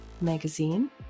Magazine